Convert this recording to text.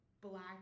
black